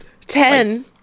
Ten